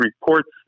reports